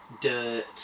dirt